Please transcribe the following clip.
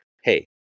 hey